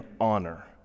honor